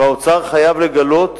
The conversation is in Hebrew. והאוצר חייב לגלות